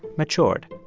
matured.